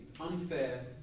unfair